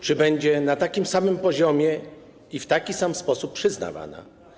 Czy będzie na takim samym poziomie i w taki sam sposób przyznawana?